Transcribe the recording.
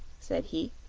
said he.